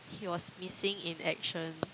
he was missing in action